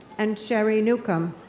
and sherri newcomb.